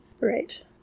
right